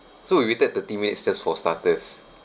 so we waited thirty minutes just for starters